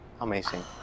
Amazing